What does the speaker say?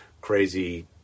crazy